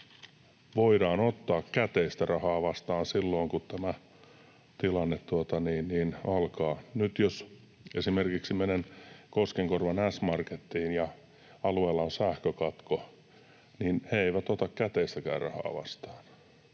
voidaan ottaa käteistä rahaa vastaan silloin, kun tämä tilanne alkaa. Nyt jos menen esimerkiksi Koskenkorvan S-marketiin ja alueella on sähkökatko, niin he eivät ota käteistäkään rahaa vastaan.